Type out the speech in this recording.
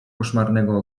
koszmarnego